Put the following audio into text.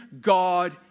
God